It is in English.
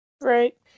Right